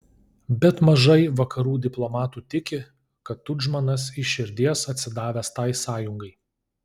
bet mažai vakarų diplomatų tiki kad tudžmanas iš širdies atsidavęs tai sąjungai